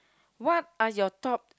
what are your top